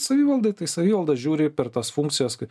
savivaldai tai savivaldą žiūri per tas funkcijas kaip